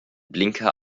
blinker